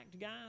guys